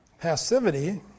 Passivity